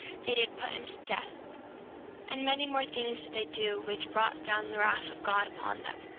they did put him to death and many more things did they do which brought down the wrath of god upon them.